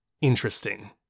interesting